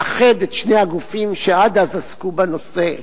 לאחד את שני הגופים שעד אז עסקו בנושא: